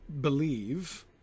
believe